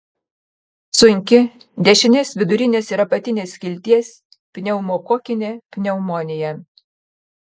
sunki dešinės vidurinės ir apatinės skilties pneumokokinė pneumonija